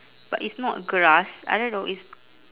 but it's not grass I don't know it's